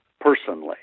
personally